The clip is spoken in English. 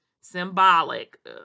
symbolic